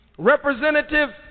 Representative